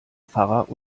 pfarrer